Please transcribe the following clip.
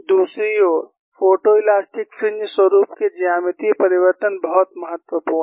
दूसरी ओर photoelastic fringe स्वरुप के ज्यामितीय परिवर्तन बहुत महत्वपूर्ण हैं